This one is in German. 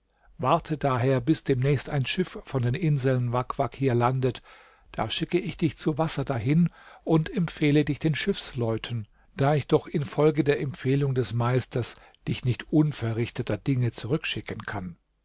warte daher bis demnächst ein schiff von den inseln wak wak hier landet da schicke ich dich zu wasser dahin und empfehle dich den schiffsleuten da ich doch infolge der empfehlung des meisters dich nicht unverrichteter dinge zurückschicken kann